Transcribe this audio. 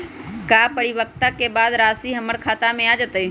का परिपक्वता के बाद राशि हमर खाता में आ जतई?